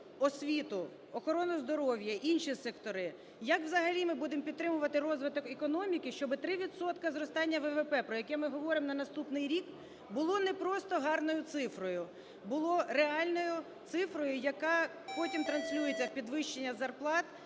освіту, охорону здоров'я, інші сектори, як взагалі ми будемо підтримувати розвиток економіки, щоби три відсотки зростання ВВП, про яке ми говоримо на наступний рік, було не просто гарною цифрою, було реальною цифрою, яка потім транслюється в підвищення зарплат